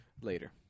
later